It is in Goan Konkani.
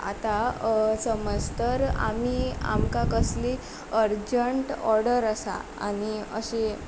आतां समज तर आमी आमकां कसलीय अर्जंट ऑर्डर आसा आनी अशी